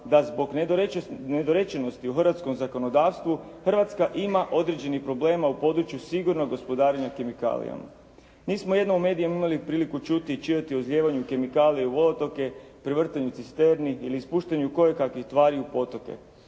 da zbog nedorečenosti u hrvatskom zakonodavstvu Hrvatska ima određenih problema u području sigurnog gospodarenja kemikalijama. Mi smo jednom u medijima imali priliku čuti i čitati o izlijevanju kemikalija u otoke, prevrtanju cisterni ili ispuštanju kojekakvih stvari u potoke,